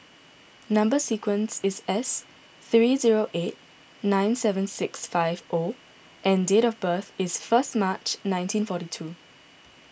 Number Sequence is S three zero eight nine seven six five O and date of birth is first March nineteen forty two